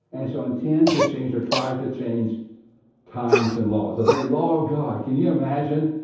and it shall intend to change or try to change times and law. the very law of god, can you imagine,